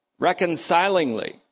reconcilingly